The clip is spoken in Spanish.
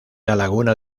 laguna